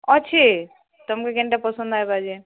ଅଛି ତମ୍କୁ ଯେନ୍ଟା ପସନ୍ଦ୍ ଆଇବା ଯେ